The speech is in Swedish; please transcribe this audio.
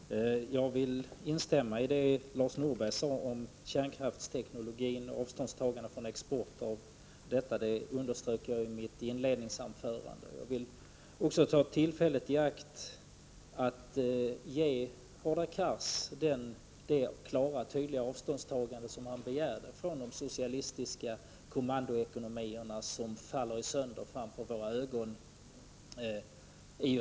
Herr talman! jag vill instämma i det Lars Norberg sade om kärnkraftsteknologin och om avståndstagandet från export av denna. Det underströk jag i mitt inledningsanförande. Jag vill också ta tillfället i akt att ge Hadar Cars det klara och tydliga avståndstagande, som han begärde, från de socialistiska kommandoekono 31 mierna i Östeuropa, som faller sönder framför våra ögon.